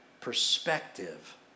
perspective